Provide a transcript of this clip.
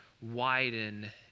widen